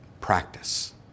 practice